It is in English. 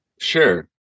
Sure